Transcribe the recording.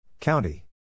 County